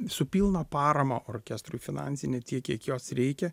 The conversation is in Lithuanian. su pilna parama orkestrui finansine tiek kiek jos reikia